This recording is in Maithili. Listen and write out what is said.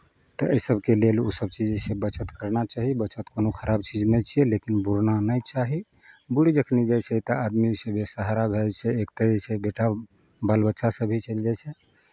तऽ एहि सभके लेल ओसभ चीज जे छै बचत करना चाही बचत कोनो खराब चीज नहि छियै लेकिन बुरना नहि चाही बुरि जखन जाइ छै तऽ आदमी जे छै बेसहारा भए जाइ छै एक तऽ जे छै बेटा बाल बच्चा सभ भी चलि जाइ छै